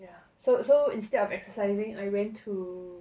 ya so so instead of exercising I went to